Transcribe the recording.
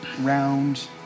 round